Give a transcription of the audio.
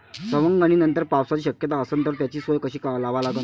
सवंगनीनंतर पावसाची शक्यता असन त त्याची सोय कशी लावा लागन?